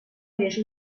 més